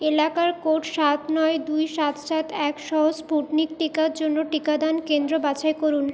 এলাকা কোড সাত নয় দুই সাত সাত এক সহ স্পুটনিক টিকার জন্য টিকাদান কেন্দ্র বাছাই করুন